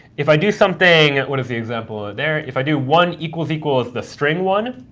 if i do something what is the example there? if i do one equals equals the string one,